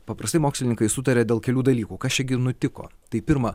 paprastai mokslininkai sutaria dėl kelių dalykų kas čia gi nutiko tai pirma